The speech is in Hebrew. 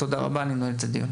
תודה רבה, אני נועל את הדיון.